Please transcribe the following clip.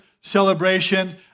celebration